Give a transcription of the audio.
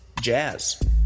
jazz